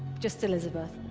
just elizabeth